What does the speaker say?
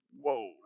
whoa